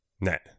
net